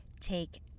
take